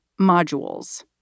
modules